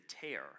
tear